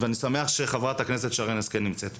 ואני שמח שחברת הכנסת שרן השכל נמצאת פה,